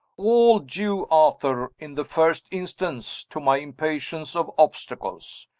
all due, arthur, in the first instance, to my impatience of obstacles.